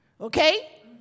Okay